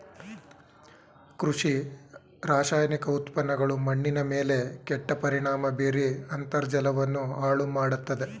ಕೃಷಿ ರಾಸಾಯನಿಕ ಉತ್ಪನ್ನಗಳು ಮಣ್ಣಿನ ಮೇಲೆ ಕೆಟ್ಟ ಪರಿಣಾಮ ಬೀರಿ ಅಂತರ್ಜಲವನ್ನು ಹಾಳು ಮಾಡತ್ತದೆ